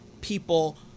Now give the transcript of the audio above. people